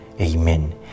Amen